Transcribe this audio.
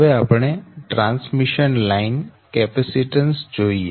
હવે આપણે transmission line capacitance જોઈએ